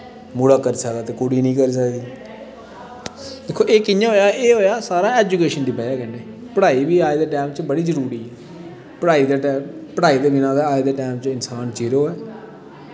मुड़ा करी सकदा ते कुड़ी निं करी सकदी दिक्खो एह् कि'यां होआ एह् होआ सारा ऐजुकेशन दी बजह् कन्नै पढ़ाई बी अज्ज दे टैम च बड़ी जरूरी ऐ पढ़ाई दे बिना अज्ज दे टैम च इंसान जीरो ऐ